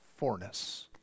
fourness